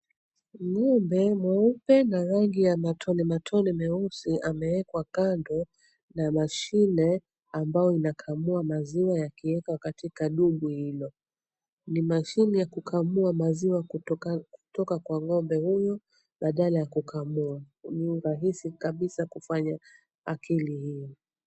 Ng'ombe mweupe na rangi ya matone matone meusi ameekwa kando na mashine ambayo inakamua maziwa yakiweka katika d𝑖𝑚𝑏𝑤i hilo. Ni mashine ya kukamua maziwa kutoka kwa ng'ombe huyu badala ya kukamua ni urahisi kabisa kufanya akili hi𝑦o.